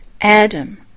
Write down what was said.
Adam